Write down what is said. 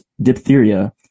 diphtheria